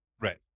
right